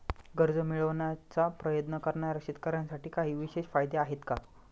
कर्ज मिळवण्याचा प्रयत्न करणाऱ्या शेतकऱ्यांसाठी काही विशेष फायदे आहेत का?